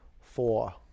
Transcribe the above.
four